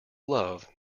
love